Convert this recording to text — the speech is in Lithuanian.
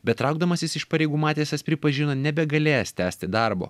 bet traukdamasis iš pareigų matisas pripažino nebegalėjęs tęsti darbo